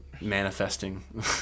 manifesting